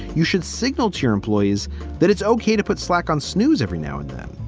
you should signal to your employees that it's okay to put slack on snooze every now and then.